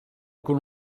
con